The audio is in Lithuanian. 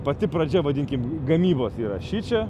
pati pradžia vadinkim gamybos yra šičia